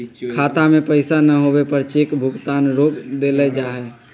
खाता में पैसा न होवे पर चेक भुगतान रोक देयल जा हई